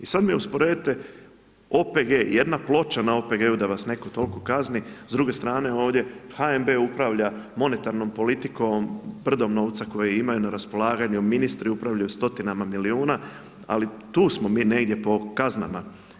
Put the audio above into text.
I sad mi usporedite, OPG, jedna ploča na OPG-u da vas netko toliko kazni, s druge strane ovdje, HNB upravlja monetarnom politikom brdom novca koje imaju na raspolaganju, ministri upravljaju sa stotinama milijuna, ali tu smo mi negdje po kaznama.